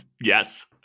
Yes